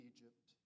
Egypt